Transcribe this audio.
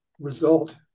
result